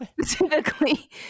specifically